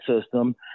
system